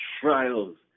trials